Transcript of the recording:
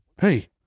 Hey